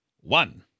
one